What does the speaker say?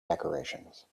decorations